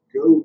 go